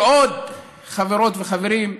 ועוד, חברות וחברים,